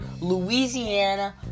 Louisiana